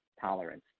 tolerance